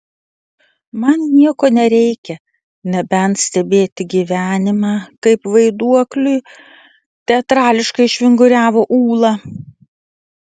man nieko nereikia nebent stebėti gyvenimą kaip vaiduokliui teatrališkai išvinguriavo ūla